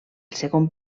segon